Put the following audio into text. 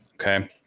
Okay